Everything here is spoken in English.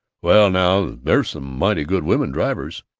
well, now, there's some mighty good woman drivers.